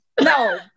No